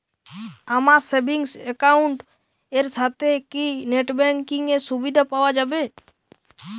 আমার savings account এর সাথে কি নেটব্যাঙ্কিং এর সুবিধা পাওয়া যাবে?